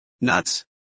Nuts